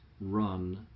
run